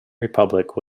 republic